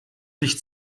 sich